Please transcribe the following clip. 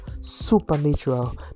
supernatural